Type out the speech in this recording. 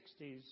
1960s